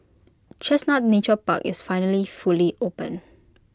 chestnut Nature Park is finally fully open